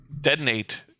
detonate